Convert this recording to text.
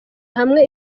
hamwe